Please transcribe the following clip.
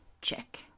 Check